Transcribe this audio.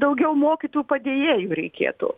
daugiau mokytojų padėjėjų reikėtų